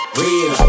real